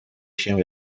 się